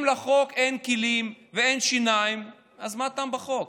אם לחוק אין כלים ואין שיניים, אז מה הטעם בחוק?